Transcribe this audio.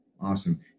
Awesome